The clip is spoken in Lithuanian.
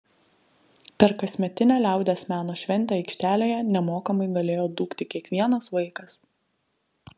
per kasmetinę liaudies meno šventę aikštelėje nemokamai galėjo dūkti kiekvienas vaikas